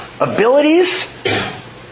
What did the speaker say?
abilities